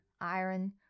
iron